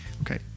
okay